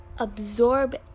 absorb